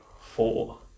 four